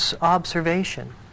observation